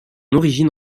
origine